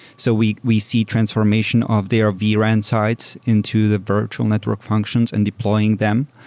so we we see transformation of their vran sites into the virtual network functions and deploying them,